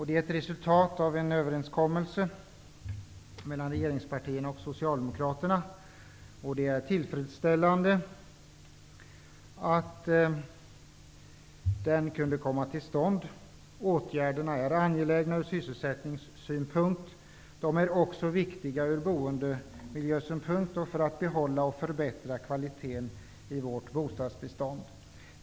Det är resultatet av en överenskommelse mellan regeringspartierna och Socialdemokraterna. Det är tillfredsställande att överenskommelsen kunde komma till stånd. Åtgärderna är angelägna från sysselsättningssynpunkt. De är också viktiga från boendemiljösynpunkt och för att behålla och förbättra kvaliteten i vårt bostadsbestånd.